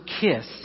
kiss